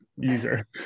user